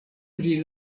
pri